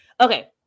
Okay